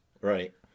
Right